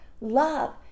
love